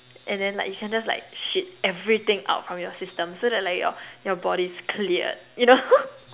and then like you can just like shit everything out from your system so that like your your body's cleared you know